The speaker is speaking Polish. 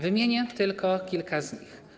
Wymienię tylko kilka z nich.